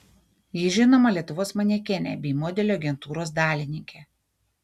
ji žinoma lietuvos manekenė bei modelių agentūros dalininkė